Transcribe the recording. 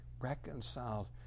reconciled